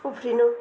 उफ्रिनु